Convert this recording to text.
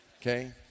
okay